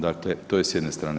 Dakle, to je s jedne strane.